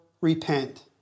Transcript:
repent